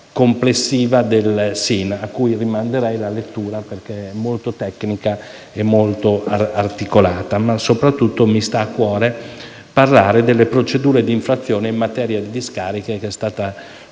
complessiva del SIN, di cui rimanderei la lettura perché è molto tecnica e molto articolata, mentre mi sta a cuore parlare soprattutto delle procedure di infrazione in materia di discariche, questione